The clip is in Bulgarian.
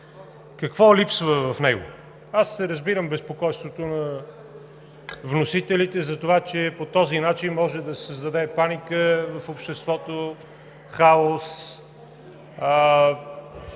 Какво липсва в него? Разбирам безпокойството на вносителите за това, че по този начин може да се създаде паника в обществото, хаос,